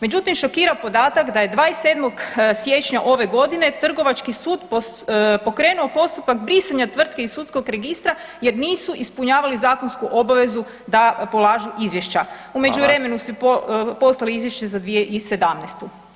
Međutim šokira podatak da je 27. siječnja ove godine trgovački sud pokrenuo postupak brisanja tvrtke iz Sudskog registra jer nisu ispunjavali zakonsku obavezu da polažu izvješća [[Upadica Radin: Hvala.]] U međuvremenu su poslali izvješća za 2017.